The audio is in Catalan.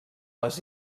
les